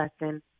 lesson